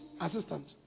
assistant